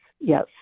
Yes